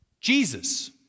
Jesus